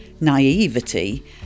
naivety